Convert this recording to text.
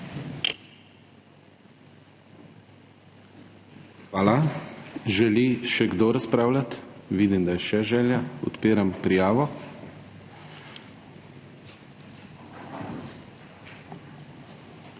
Hvala. Želi še kdo razpravljati? Vidim, da je še želja. Odpiram prijavo. Štirje